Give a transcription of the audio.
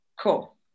Cool